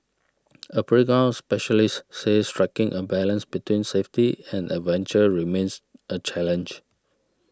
a playground specialist said striking a balance between safety and adventure remains a challenge